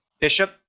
bishop